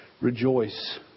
rejoice